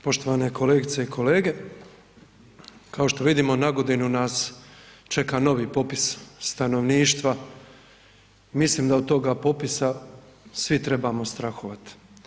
Poštovane kolegice i kolege, kao što vidimo na godinu nas čeka novi popis stanovništva, mislim da od toga popisa svi trebamo strahovat.